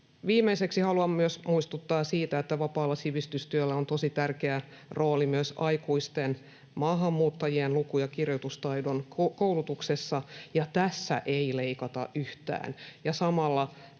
Viimeiseksi haluan myös muistuttaa siitä, että vapaalla sivistystyöllä on tosi tärkeä rooli myös aikuisten maahanmuuttajien luku‑ ja kirjoitustaidon koulutuksessa ja tästä ei leikata yhtään.